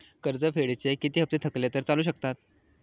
कर्ज परतफेडीचे किती हप्ते थकले तर चालू शकतात?